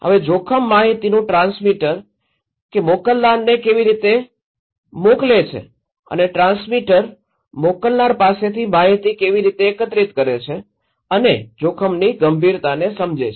હવે જોખમ માહિતીનું ટ્રાન્સમીટર કે મોકલનાર કેવી રીતે છે અને ટ્રાન્સમીટર મોકલનાર પાસેથી માહિતી કેવી રીતે એકત્રિત કરે છે અને જોખમની ગંભીરતાને સમજે છે